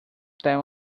time